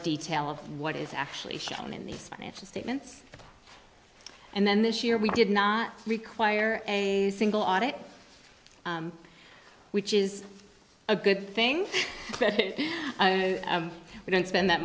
detail of what is actually shown in these financial statements and then this year we did not require a single audit which is a good thing but we don't spend that